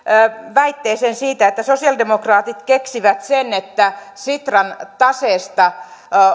väitteeseen siitä että sosialidemokraatit keksivät sen että sitran taseesta